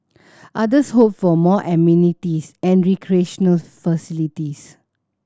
others hoped for more amenities and recreational facilities